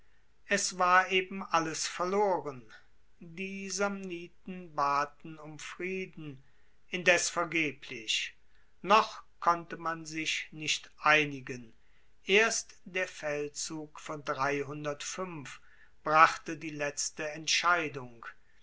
es war eben alles verloren die samniten baten um frieden indes vergeblich noch konnte man sich nicht einigen erst der feldzug von brachte die letzte entscheidung